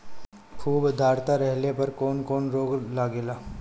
खुब आद्रता रहले पर कौन कौन रोग लागेला?